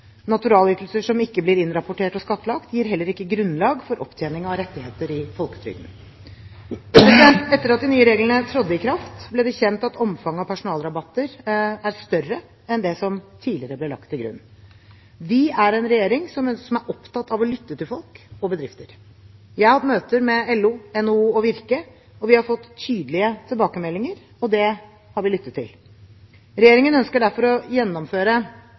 naturalytelser. Naturalytelser som ikke blir innrapportert og skattlagt, gir heller ikke grunnlag for opptjening av rettigheter i folketrygden. Etter at de nye reglene trådte i kraft, ble det kjent at omfanget av personalrabatter er større enn det som tidligere ble lagt til grunn. Vi er en regjering som er opptatt av å lytte til folk og bedrifter. Jeg har hatt møter med LO, NHO og Virke, og vi har fått tydelige tilbakemeldinger. Det har vi lyttet til. Regjeringen ønsker derfor å gjennomføre